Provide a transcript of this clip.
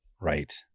right